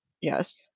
yes